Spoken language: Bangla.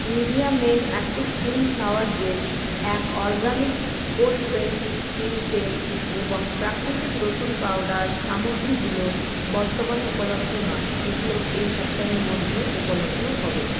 Nivea men active clean shower gel এক অরগ্যানিক কোল্ড প্রেসড্ তিল তেল এবং প্রাকৃতিক রসুন পাউডার সামগ্রীগুলো বর্তমানে উপলব্ধ নয় এগুলো এই সপ্তাহের মধ্যে উপলব্ধ হবে